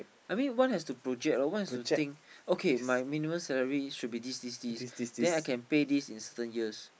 I mean one has to project loh one has to think okay my minimum salary should be this this this then I can pay this in certain years